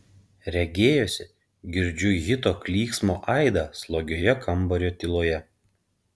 regėjosi girdžiu hito klyksmo aidą slogioje kambario tyloje